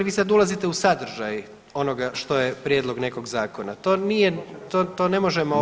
Vi sada ulazite u sadržaj onoga što je prijedlog nekog zakona, to ne možemo sad.